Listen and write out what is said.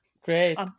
great